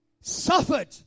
suffered